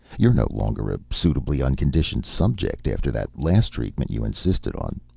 you're no longer a suitably unconditioned subject, after that last treatment you insisted on.